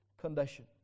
condition